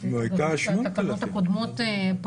בתקנות הקודמות,